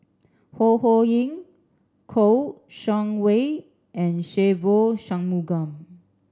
Ho Ho Ying Kouo Shang Wei and Se Ve Shanmugam